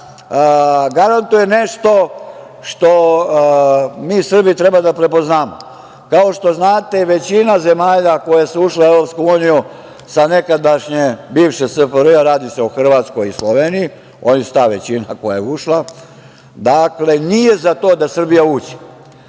garantuje nešto što mi Srbi treba da prepoznamo. Kao što znate većina zemalja koje su ušle u EU sa nekadašnje bivše SFRJ, a radi se o Hrvatskoj i Sloveniji, oni su ta većina koja je ušla, dakle, nije za to da Srbija uđe,